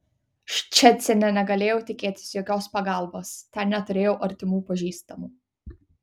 ščecine negalėjau tikėtis jokios pagalbos ten neturėjau artimų pažįstamų